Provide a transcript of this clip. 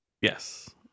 Yes